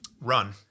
run